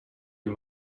you